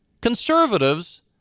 Conservatives